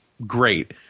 Great